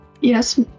Yes